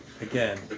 Again